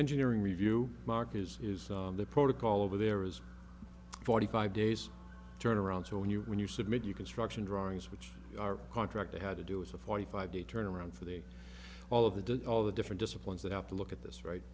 engineering review mark is is the protocol over there is forty five days turnaround so when you when you submit you construction drawings which are contract they had to do with a forty five day turnaround for the all of the did all the different disciplines that have to look at this right